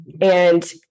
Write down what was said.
And-